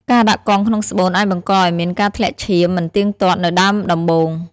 ការដាក់កងក្នុងស្បូនអាចបង្កឲ្យមានការធ្លាក់ឈាមមិនទៀងទាត់នៅដើមដំបូង។